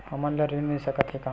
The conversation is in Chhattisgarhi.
हमन ला ऋण मिल सकत हे का?